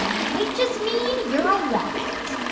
it might just mean you're a wombat